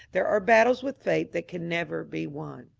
there are battles with fate that can never be won